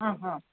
ಹಾಂ ಹಾಂ